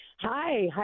Hi